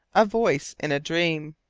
a voice in a dream.